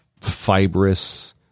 fibrous